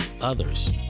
others